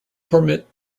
permit